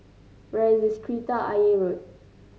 where is Kreta Ayer Road